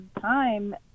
time